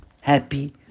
happy